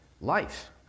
life